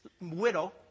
widow